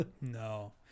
no